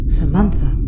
Samantha